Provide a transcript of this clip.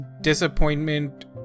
disappointment